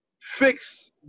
fix